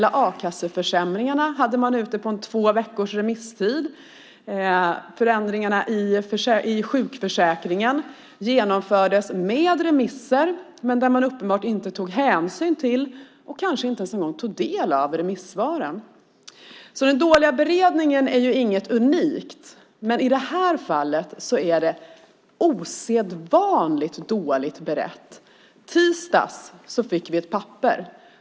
A-kasseförsämringarna hade man ute på två veckors remisstid. Förändringarna i sjukförsäkringen genomfördes med remisser, men man tog uppenbart inte hänsyn till och kanske inte ens del av remissvaren. Den dåliga beredningen är alltså inget unikt, men i det här fallet är ärendet osedvanligt dåligt berett. I tisdags fick vi ett papper.